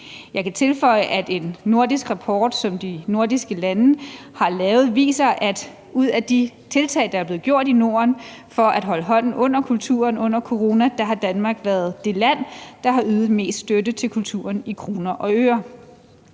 Jeg kan tilføje, at en nordisk rapport, som de nordiske lande har lavet, viser, at ud af de tiltag, der er blevet gjort i Norden for at holde hånden under kulturen under corona, har Danmark været det land, der har ydet mest støtte til kulturen i kroner i øre.